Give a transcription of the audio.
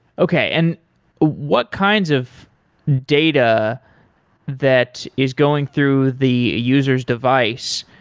okay. and what kinds of data that is going through the user's device,